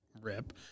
rip